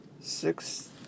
six